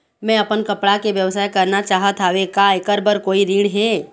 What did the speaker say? मैं अपन कपड़ा के व्यवसाय करना चाहत हावे का ऐकर बर कोई ऋण हे?